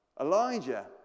Elijah